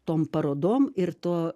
tom parodom ir tuo